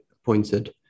appointed